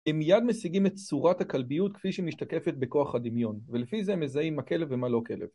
הם מייד משיגים את צורת הכלביות כפי שהיא משתקפת בכוח הדמיון, ולפי זה הם מזהים מה כלב ומה לא כלב.